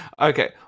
Okay